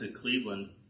Cleveland